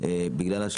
בגלל התארכות